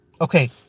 Okay